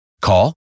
Call